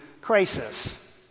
crisis